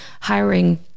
hiring